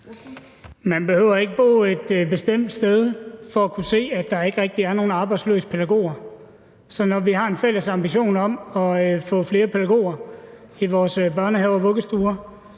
Man behøver ikke bo et bestemt sted for at kunne se, at der ikke rigtig er nogen arbejdsløse pædagoger. Så når vi har en fælles ambition om at få flere pædagoger i vores børnehaver og vuggestuer,